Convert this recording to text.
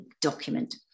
document